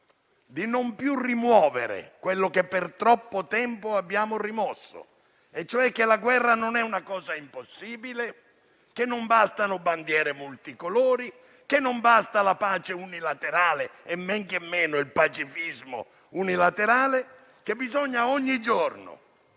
di non più rimuovere quello che per troppo tempo abbiamo rimosso, e cioè che la guerra non è una cosa impossibile, che non bastano bandiere multicolori, che non basta la pace unilaterale e men che meno il pacifismo unilaterale e che bisogna ogni giorno